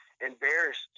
embarrassed